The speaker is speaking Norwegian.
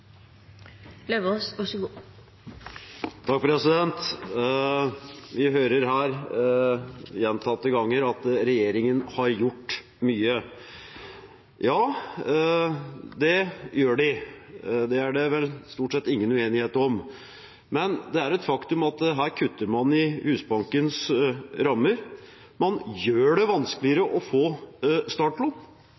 den ordningen, så vi har vitterlig prioritert det høyere enn regjeringen. Vi hører her, gjentatte ganger, at regjeringen har gjort mye. Ja, det gjør den. Det er det vel stort sett ingen uenighet om. Men det er et faktum at man kutter i Husbankens rammer, og man gjør det